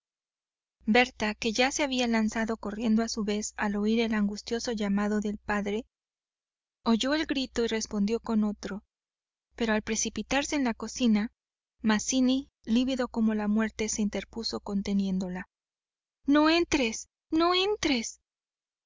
berta que ya se había lanzado corriendo a su vez al oir el angustioso llamado del padre oyó el grito y respondió con otro pero al precipitarse en la cocina mazzini lívido como la muerte se interpuso conteniéndola no entres no entres